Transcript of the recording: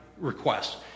request